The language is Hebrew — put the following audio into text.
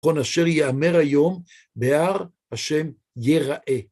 כל אשר יאמר היום, מהר השם ייראה.